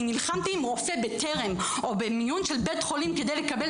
נלחמתי עם רופא בטרם או במיון של בית חולים כדי לקבל